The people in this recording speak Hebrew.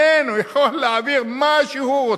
אין, הוא יכול להעביר מה שהוא רוצה.